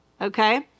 Okay